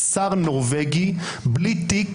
--- מס' 1 לטיפולי המרה.